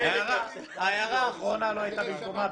ההערה האחרונה לא הייתה במקומה,